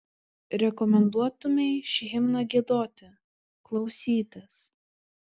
rekomenduotumei šį himną giedoti klausytis